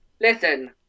Listen